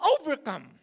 overcome